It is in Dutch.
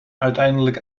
uiteindelijk